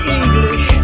English